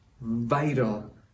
vital